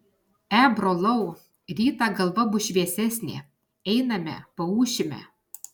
e brolau rytą galva bus šviesesnė einame paūšime